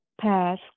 pass